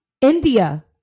India